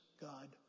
God